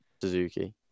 Suzuki